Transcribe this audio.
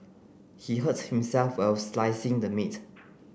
he hurts himself while slicing the meat